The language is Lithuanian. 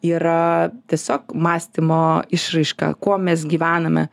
yra tiesiog mąstymo išraiška kuo mes gyvename